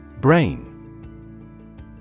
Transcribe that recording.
Brain